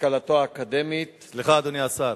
השכלתו האקדמית, סליחה, אדוני השר.